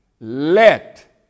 Let